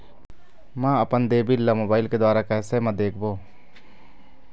म अपन देय बिल ला मोबाइल के द्वारा कैसे म देखबो?